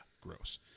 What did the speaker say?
gross